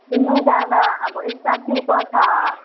किन्नु जाँदा अब स्टाफ टी पर्छ